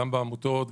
גם בעמותות,